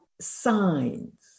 signs